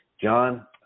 John